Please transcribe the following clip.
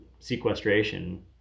sequestration